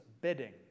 bidding